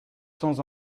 sans